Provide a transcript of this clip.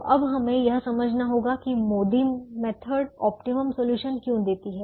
तो अब हमें यह समझना होगा कि MODI मेथड ऑप्टिमम सॉल्यूशन क्यों देती है